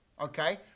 Okay